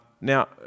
Now